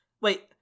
Wait